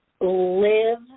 live